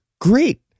great